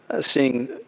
seeing